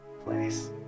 place